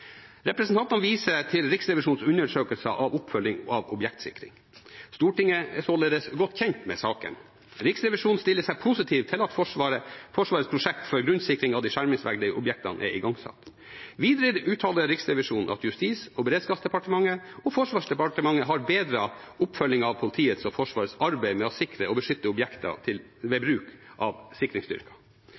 Representantene viser til Riksrevisjonens undersøkelse av oppfølging av objektsikring. Stortinget er således godt kjent med saken. Riksrevisjonen stiller seg positiv til at Forsvarets prosjekt for grunnsikring av de skjermingsverdige objektene er igangsatt. Videre uttaler Riksrevisjonen at Justis- og beredskapsdepartementet og Forsvarsdepartementet har bedret oppfølgingen av politiets og Forsvarets arbeid med å sikre og beskytte objekter ved bruk av sikringsstyrker.